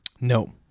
no